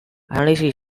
analisi